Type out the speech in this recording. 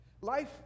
Life